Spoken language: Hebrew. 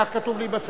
כך כתוב לי בסדר-יום.